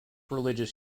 religious